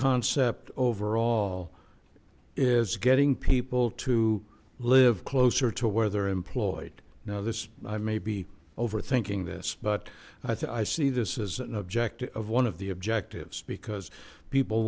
concept overall is getting people to live closer to where they're employed now this i may be overthinking this but i thought i see this as an objective of one of the objectives because people